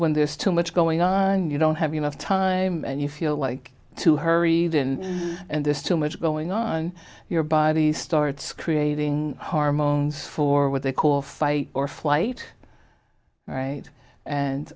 when there's too much going on you don't have enough time and you feel like too hurried in and there's too much going on your body starts creating hormones for what they call fight or flight right and